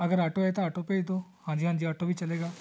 ਅਗਰ ਆਟੋ ਹੈ ਤਾਂ ਆਟੋ ਭੇਜ ਦਿਓ ਹਾਂਜੀ ਹਾਂਜੀ ਆਟੋ ਵੀ ਚਲੇਗਾ